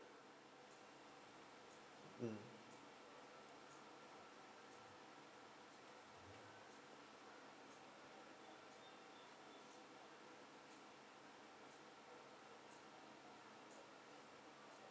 mm